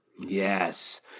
Yes